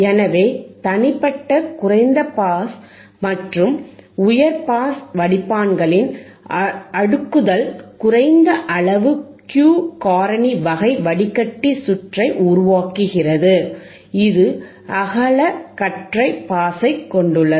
எனவே தனிப்பட்ட குறைந்த பாஸ் மற்றும் உயர் பாஸ் வடிப்பான்களின் அடுக்குதல் குறைந்த அளவு Q காரணி வகை வடிகட்டி சுற்றை உருவாக்குகிறது இது அகலக்கற்றை பாஸைக் கொண்டுள்ளது